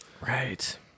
Right